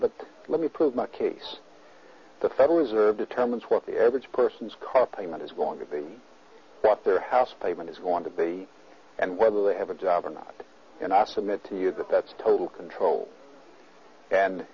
but let me prove my case the federal reserve determines what the average person's car payment is going to be their house payment is going to be and whether they have a job or not and i submit to you that that's total control and